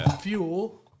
fuel